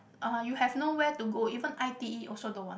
uh you have nowhere to go even I_T_E also don't want